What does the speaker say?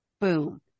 boom